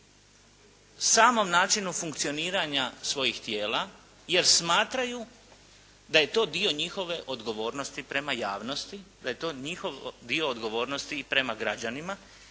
samom načinu funkcioniranja svojih tijela jer smatraju da je to dio njihove odgovornosti prema javnosti, da je to njihov dio odgovornosti i prema građanima,